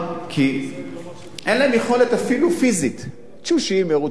כי אין להם יכולת אפילו פיזית, תשושים, מרותקים.